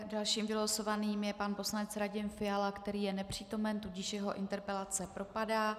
Dalším vylosovaným je pan poslanec Radim Fiala, který je nepřítomen, tudíž jeho interpelace propadá.